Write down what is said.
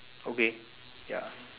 okay ya